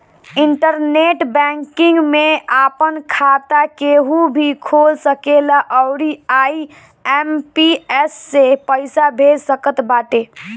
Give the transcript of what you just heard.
internet banking में आपन खाता केहू भी खोल सकेला अउरी आई.एम.पी.एस से पईसा भेज सकत बाटे